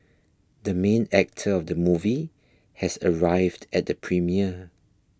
the main actor of the movie has arrived at the premiere